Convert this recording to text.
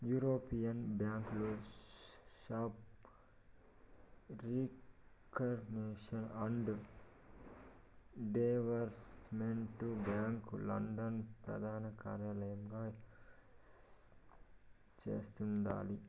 European bank for reconstruction and development bank London ప్రదానకార్యలయంగా చేస్తండాలి